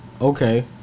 Okay